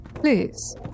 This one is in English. Please